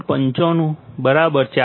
95 4 VT છે